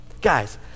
Guys